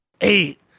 eight